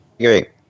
Great